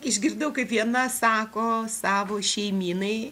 išgirdau kaip viena sako savo šeimynai